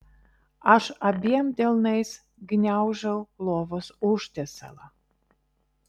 aš abiem delnais gniaužau lovos užtiesalą